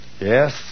Yes